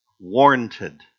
warranted